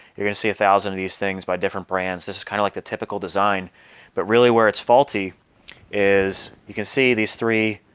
you're gonna see a thousand of these things by different brands this is kind of like the typical typical design but really where it's faulty is you can see these three